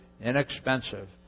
inexpensive